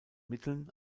mitteln